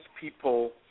people